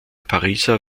pariser